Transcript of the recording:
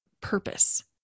purpose